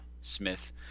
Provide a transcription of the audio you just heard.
Smith